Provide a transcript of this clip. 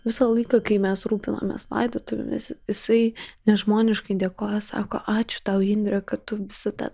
visą laiką kai mes rūpinomės laidotuvėmis jisai nežmoniškai dėkojo sako ačiū tau indre kad tu visą tą